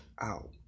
out